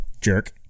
Jerk